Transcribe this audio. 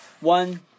One